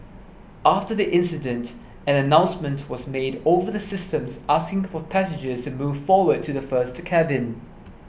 after the incident an announcement was made over the systems asking for passengers to move forward to the first cabin